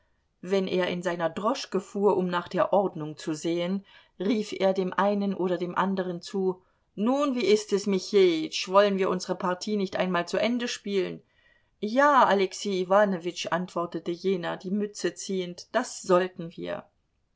wenn er in seiner droschke fuhr um nach der ordnung zu sehen rief er dem einen oder dem anderen zu nun wie ist es michejitsch wollen wir unsere partie nicht einmal zu ende spielen ja alexej iwanowitsch antwortete jener die mütze ziehend das sollten wir